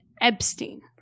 Epstein